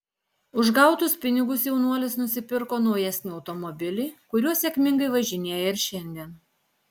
už gautus pinigus jaunuolis nusipirko naujesnį automobilį kuriuo sėkmingai važinėja ir šiandien